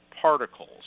particles